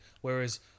Whereas